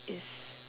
is